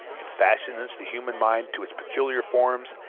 it fashions the human mind to its peculiar forms,